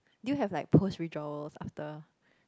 do you have like post rituals after